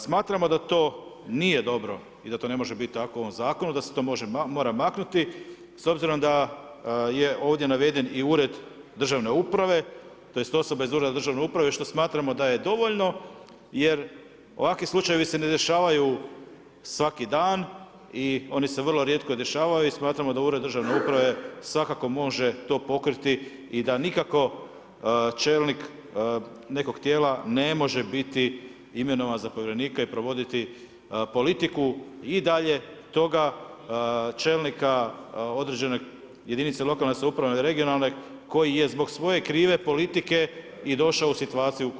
Smatramo da to nije dobro i da to ne može biti tako u ovom zakonu, da se to može, mora maknuti, s obzirom da je ovdje naveden i ured državne uprave, tj. osobe iz ureda državne uprave, što smatramo da je dovoljno, jer ovakvi slučajevi se ne dešavaju svaki dan i oni se vrlo rijetko dešavaju i smatramo da ured državne uprave svakako može to pokriti i da nikako čelnik nekog tijela ne može biti imenovan za povjerenika i provoditi politiku i dalje toga čelnika određene jedinica lokalne samouprave ili regionalne koji je zbog svoje krive politike i došao u situaciju u koju je došao.